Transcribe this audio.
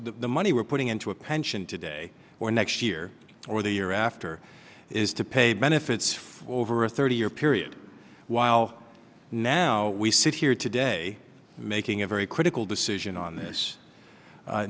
the money we're putting into a pension today or next year or the year after is to pay benefits for over a thirty year period while now we sit here today making a very critical decision on this